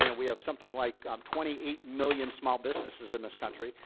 you know we have something like um twenty eight million small businesses in this country,